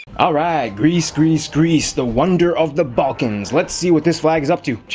alright, greece greece greece the wonder of the balkans. let's see what this flag is up to.